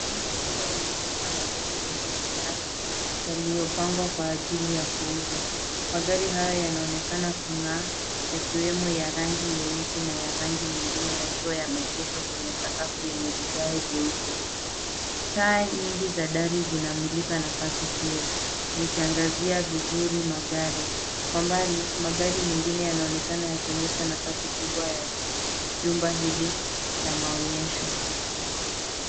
Jumba kubwa linaonyesha magari mengi ya kisasa yaliyopangwa kwa ajili ya kuuzwa. Magari haya yanaonekana kung'aa yakiwemo ya rangi nyeusi na ya rangi nyingine yakiwa yameegeshwa kwenye sakafu lenye vigae vyeupe. Taa nyingi za dari zinamulika nafasi hiyo zikiangazia vizuri magari. Kwa mbali magari mengine yanaonekana yakionyesha nafasi kubwa ya jumba hili la maonyesho.